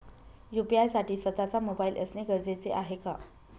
UPI साठी स्वत:चा mobile असणे गरजेचे आहे का?